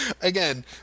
Again